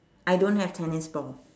I don't have tennis ball